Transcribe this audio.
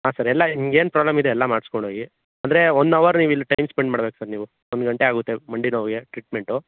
ಹಾಂ ಸರ್ ಎಲ್ಲ ನಿಮ್ಗೆ ಏನು ಪ್ರಾಬ್ಲಮ್ ಇದೆ ಎಲ್ಲ ಮಾಡ್ಸ್ಕೊಂಡು ಹೋಗಿ ಅಂದರೆ ಒನ್ ಅವರ್ ನೀವು ಇಲ್ಲಿ ಟೈಮ್ ಸ್ಪೆಂಡ್ ಮಾಡ್ಬೇಕು ಸರ್ ನೀವು ಒಂದು ಗಂಟೆ ಆಗುತ್ತೆ ಮಂಡಿ ನೋವಿಗೆ ಟ್ರೀಟ್ಮೆಂಟು